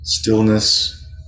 Stillness